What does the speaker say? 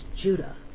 Judah